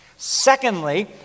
Secondly